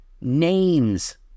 name's